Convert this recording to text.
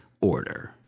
order